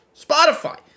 Spotify